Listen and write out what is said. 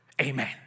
amen